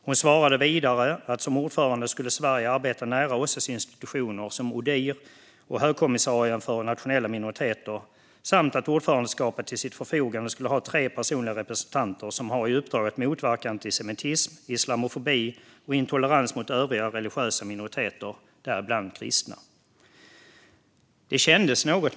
Hon svarade vidare att som ordförande skulle Sverige arbeta nära OSSE:s institutioner som ODIHR och högkommissarien för nationella minoriteter samt att ordförandeskapet till sitt förfogande skulle ha tre personliga representanter som har i uppdrag att motverka antisemitism, islamofobi och intolerans mot övriga religiösa minoriteter, däribland kristna.